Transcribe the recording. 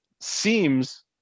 seems